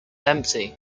empty